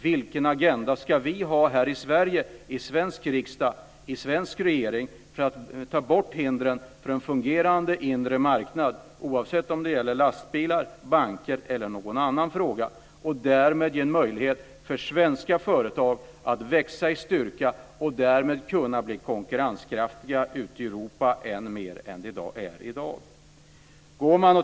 Vilken agenda ska vi i den svenska riksdagen och i den svenska regeringen ha för att ta bort hindren för en fungerande inre marknad, oavsett om det gäller lastbilar, banker eller något annat område, och därmed ge möjlighet för svenska företag att växa i styrka och därmed kunna bli mer konkurrenskraftiga ute i Europa än i dag?